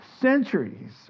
centuries